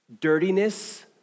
dirtiness